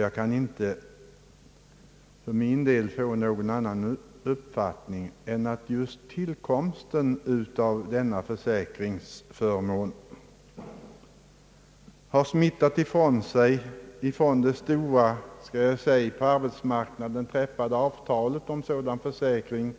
Jag kan inte komma till någon annan uppfattning än att just tillkomsten av denna försäkringsförmån har smittat ifrån sig från det stora, på arbetsmarknaden träffade avtalet om sådan försäkring